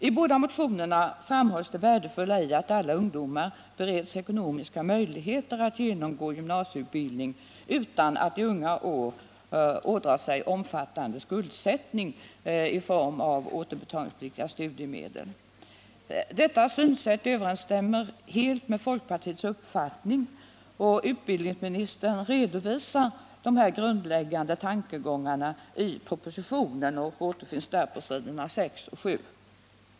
I båda motionerna framhålls det värdefulla i att alla ungdomar bereds ekonomiska möjligheter att genomgå gymnasieutbildning utan att i unga år ådraga sig omfattande skuldsättning i form av återbetalningspliktiga studiemedel. Detta synsätt överensstämmer helt med folkpartiets uppfattning. Utbildningsministern redovisar dessa grundläggande tankegångar i propositionen på s. 6 och 7.